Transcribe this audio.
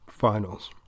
Finals